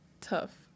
tough